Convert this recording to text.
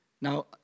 Now